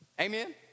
Amen